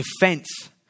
defense